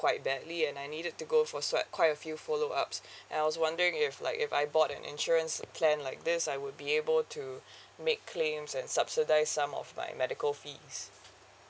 quite badly and I needed to go for so I quite a few follow ups and I was wondering if like if I bought an insurance plan like this I would be able to make claims and subsidise some of my medical fees